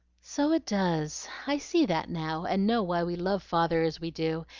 so it does! i see that now, and know why we love father as we do,